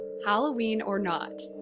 halloween or not,